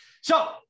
So-